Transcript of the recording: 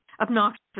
obnoxious